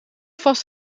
vast